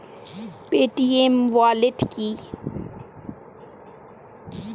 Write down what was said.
Paytm wallet কি?